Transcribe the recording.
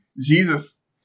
Jesus